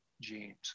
genes